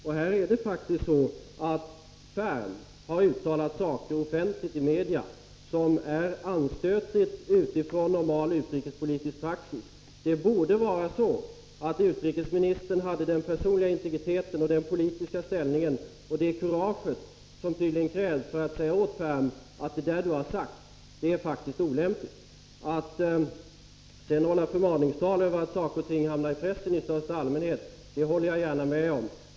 Det är faktiskt så att Ferm gjort offentliga uttalanden i media som är anstötliga utifrån normal utrikespolitisk praxis. Det borde vara så att utrikesministern hade den personliga integritet, den politiska ställning och det kurage som tydligen krävs för att säga åt Ferm att det han sagt faktiskt är olämpligt. Att man sedan kan hålla förmaningstal över att saker och ting hamnat i pressen i största allmänhet håller jag gärna med om.